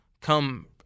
come